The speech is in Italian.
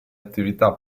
attività